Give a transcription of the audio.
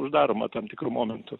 uždaroma tam tikru momentu